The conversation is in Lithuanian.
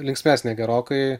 linksmesnė gerokai